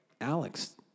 Alex